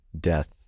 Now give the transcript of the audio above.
death